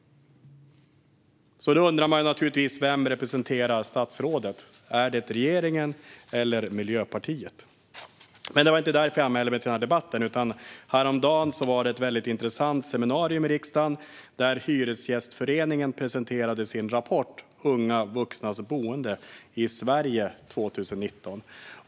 Man undrar naturligtvis vem statsrådet representerar. Är det regeringen eller Miljöpartiet? Men det var inte därför jag anmälde mig till denna debatt. Häromdagen hölls ett intressant seminarium i riksdagen, där Hyresgästföreningen presenterade sin rapport Unga vuxnas boende i Sverige 2019 .